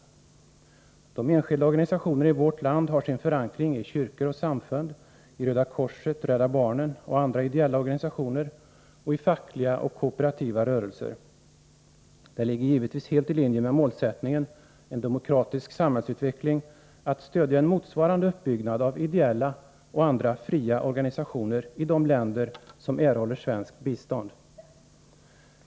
De enskilda organisationerna i vårt land har sin förankring i kyrkor och samfund, i Röda korset, Rädda barnen och andra ideella organisationer och i fackliga och kooperativa rörelser. Det ligger givetvis helt i linje med målsättningen om en demokratisk samhällsutveckling att stödja en motsvarande uppbyggnad av ideella och andra fria organisationer i de länder som erhåller svenskt bistånd.